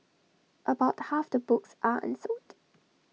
about half the books are unsold